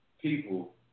people